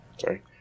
Sorry